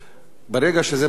ברגע שזה מתחיל,